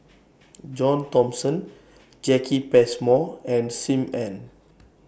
John Thomson Jacki Passmore and SIM Ann